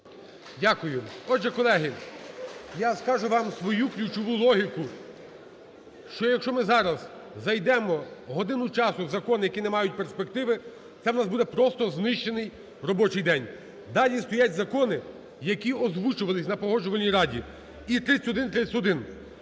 Дякую. Отже, колеги, я скажу вам свою ключову логіку, що якщо ми зараз зайдемо в годину часу в закони, які не мають перспективи, це в нас буде просто знищений робочій день. Далі стоять закони, які озвучувалися на Погоджувальній раді, – і 3131,